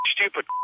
stupid